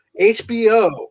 HBO